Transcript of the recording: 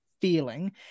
feeling